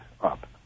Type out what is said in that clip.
up